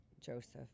Joseph